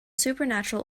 supernatural